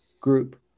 group